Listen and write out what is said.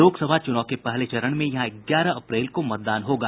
लोकसभा चुनाव के पहले चरण में यहां ग्यारह अप्रैल को मतदान होगा